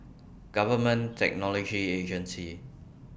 Government Technology Agency